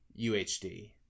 UHD